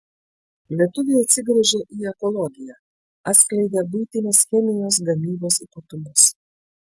lietuviai atsigręžia į ekologiją atskleidė buitinės chemijos gamybos ypatumus